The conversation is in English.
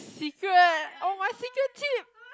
secret oh my secret tip